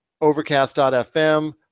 Overcast.fm